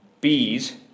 Bees